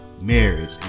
marriage